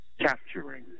capturing